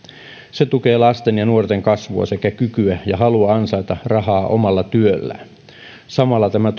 se tukee lasten ja nuorten kasvua sekä kykyä ja halua ansaita rahaa omalla työllään samalla tämä